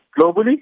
globally